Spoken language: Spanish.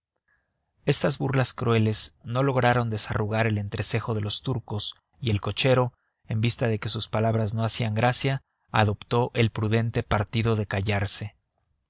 estas burlas crueles no lograron desarrugar el entrecejo de los turcos y el cochero en vista de que sus palabras no hacían gracia adoptó el prudente partido de callarse